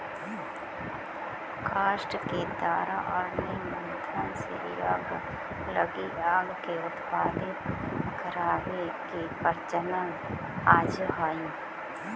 काष्ठ के द्वारा अरणि मन्थन से यज्ञ लगी आग के उत्पत्ति करवावे के प्रचलन आजो हई